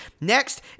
Next